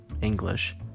English